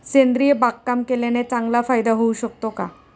सेंद्रिय बागकाम केल्याने चांगला फायदा होऊ शकतो का?